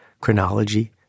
chronology